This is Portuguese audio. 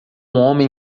homem